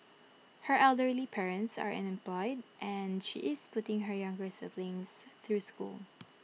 her elderly parents are unemployed and she is putting her younger siblings through school